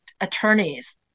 attorneys